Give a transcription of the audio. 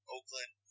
Oakland